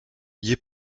liés